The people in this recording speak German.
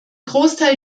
großteil